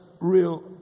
real